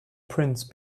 prince